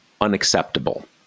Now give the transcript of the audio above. unacceptable